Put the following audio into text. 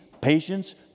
patience